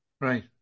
Right